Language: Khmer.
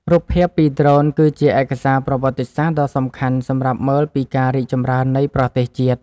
រូបភាពពីដ្រូនគឺជាឯកសារប្រវត្តិសាស្ត្រដ៏សំខាន់សម្រាប់មើលពីការរីកចម្រើននៃប្រទេសជាតិ។